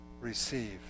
receive